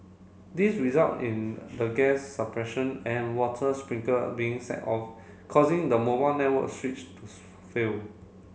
this result in the gas suppression and water sprinkler being set off causing the mobile network switch to fail